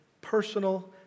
personal